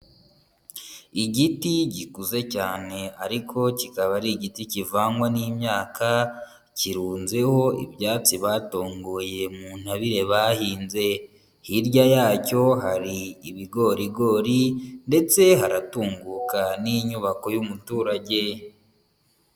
Igiti gikuze cyane ariko kikaba ari igiti kivangwa n'imyaka kirunzeho ibyatsi batongoye mu ntabire bahinze, hirya yacyo hari ibigorigori ndetse haratunguka n'inyubako y'umuturage.